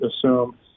assume